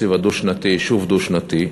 בתקציב דו-שנתי, שוב דו-שנתי,